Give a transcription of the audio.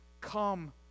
come